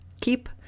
Keep